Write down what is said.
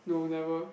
no never